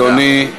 תודה, אדוני.